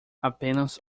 apenas